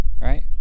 right